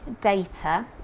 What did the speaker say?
data